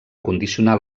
condicionar